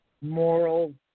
moral